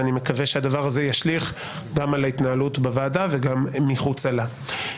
ואני מקווה שהדבר הזה ישליך גם על ההתנהלות בוועדה וגם מחוצה לה.